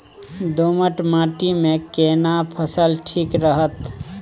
दोमट माटी मे केना फसल ठीक रहत?